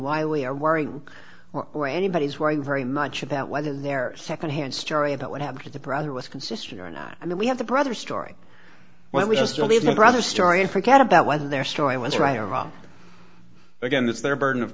why we are worried or anybody's wearing very much about whether their second hand story about what happened to the brother was consistent or not i mean we have the brother story when we just believe the brother story and forget about whether their story was right or wrong again that's their burden of